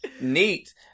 Neat